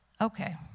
Okay